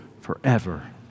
forever